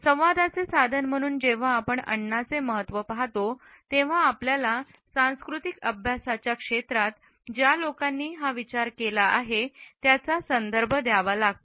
संवादाचे साधन म्हणून जेव्हा आपण अन्नाचे महत्त्व पाहतो तेव्हा आपल्याला सांस्कृतिक अभ्यासाच्या क्षेत्रात ज्या लोकांनी हा विचार केला आहे त्यांचा संदर्भ द्यावा लागतो